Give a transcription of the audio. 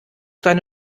deine